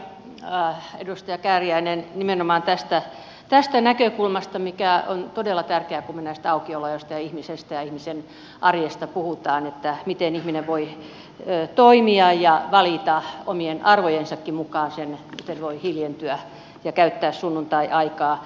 kiitoksia edustaja kääriäinen nimenomaan tästä näkökulmasta mikä on todella tärkeä kun me näistä aukioloajoista ja ihmisestä ja ihmisen arjesta puhumme että miten ihminen voi toimia ja valita omien arvojensakin mukaan sen miten voi hiljentyä ja käyttää sunnuntaiaikaa